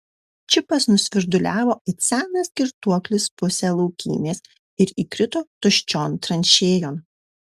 čipas nusvirduliavo it senas girtuoklis pusę laukymės ir įkrito tuščion tranšėjon